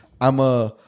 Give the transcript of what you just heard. i'ma